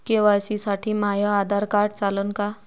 KYC साठी माह्य Aadhaar card चालन का?